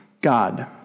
God